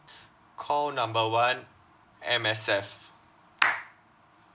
call number one M_S_F